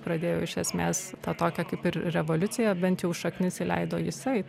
pradėjo iš esmės tą tokią kaip ir revoliucija bent jau šaknis įleido jisai